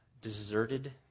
deserted